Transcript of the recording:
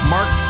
Mark